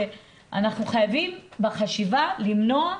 ואנחנו חייבים בחשיבה למנוע,